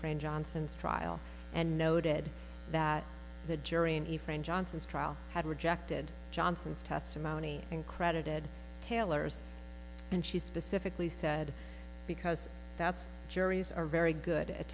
friend johnson's trial and no dead that the jury and a friend johnson's trial had rejected johnson's testimony and credited taylor's and she specifically said because that's juries are very good at